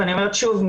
ואני אומרת שוב,